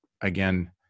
again